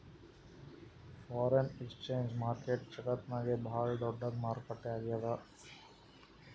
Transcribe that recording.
foreign exchange market ಜಗತ್ತ್ನಾಗೆ ಭಾಳ್ ದೊಡ್ಡದ್ ಮಾರುಕಟ್ಟೆ ಆಗ್ಯಾದ